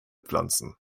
pflanzen